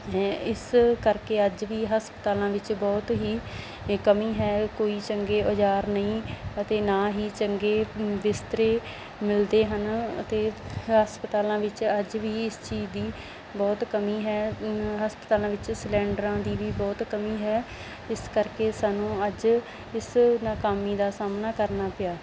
ਇਸ ਕਰਕੇ ਅੱਜ ਵੀ ਹਸਪਤਾਲਾਂ ਵਿੱਚ ਬਹੁਤ ਹੀ ਕਮੀ ਹੈ ਕੋਈ ਚੰਗੇ ਔਜ਼ਾਰ ਨਹੀਂ ਅਤੇ ਨਾ ਹੀ ਚੰਗੇ ਬਿਸਤਰੇ ਮਿਲਦੇ ਹਨ ਅਤੇ ਹਸਪਤਾਲਾਂ ਵਿੱਚ ਅੱਜ ਵੀ ਇਸ ਚੀਜ਼ ਦੀ ਬਹੁਤ ਕਮੀ ਹੈ ਹਸਪਤਾਲਾਂ ਵਿੱਚ ਸਿਲਿੰਡਰਾਂ ਦੀ ਵੀ ਬਹੁਤ ਕਮੀ ਹੈ ਇਸ ਕਰਕੇ ਸਾਨੂੰ ਅੱਜ ਇਸ ਨਾਕਾਮੀ ਦਾ ਸਾਹਮਣਾ ਕਰਨਾ ਪਿਆ